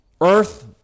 earth